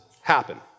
happen